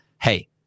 Hey